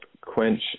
quench